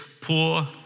poor